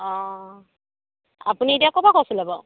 অ' আপুনি এতিয়া ক'ৰ পৰা কৈছিলে বাৰু